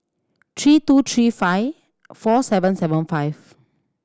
three two three five four seven seven five